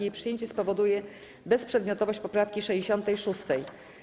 Jej przyjęcie spowoduje bezprzedmiotowość poprawki 66.